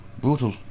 brutal